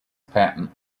patent